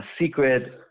secret